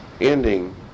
Ending